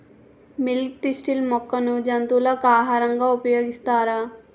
Milk thistle మొక్కను జంతువులకు ఆహారంగా ఉపయోగిస్తారా?